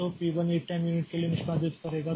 तो P 1 1 time unit के लिए निष्पादित करेगा